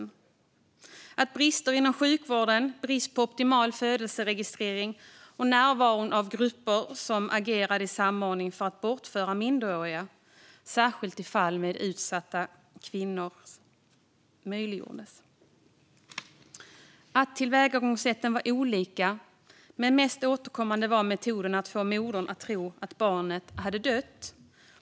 Det fanns brister inom sjukvården, brist på optimal födelseregistrering och närvaro av grupper som agerade i samordning för att bortföra minderåriga, särskilt i fall med utsatta kvinnor. Tillvägagångssätten var olika, men mest återkommande var metoden att få modern att tro att barnet hade dött.